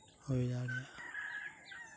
ᱦᱩᱭᱫᱟᱲᱮᱭᱟᱜᱼᱟ